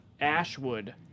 Ashwood